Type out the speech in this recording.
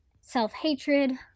self-hatred